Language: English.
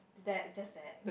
that just that